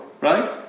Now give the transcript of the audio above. right